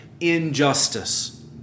injustice